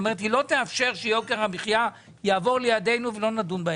היא לא תאפשר שיוקר המחיה יעבור לידינו ולא נדון בו.